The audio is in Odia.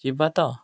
ଯିବା ତ